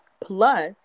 Plus